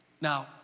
Now